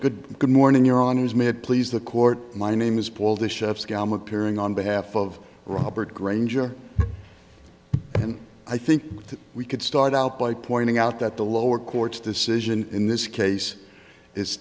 could good morning your honor was made please the court my name is paul the chef scam appearing on behalf of robert granger and i think that we could start out by pointing out that the lower court's decision in this case is